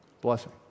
Blessing